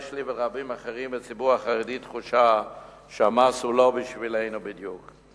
יש לי ולרבים אחרים בציבור החרדי תחושה שהמס הוא לא בשבילנו בדיוק.